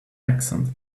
accent